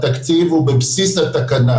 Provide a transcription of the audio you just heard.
התקציב הוא בבסיס התקנה,